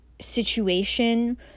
situation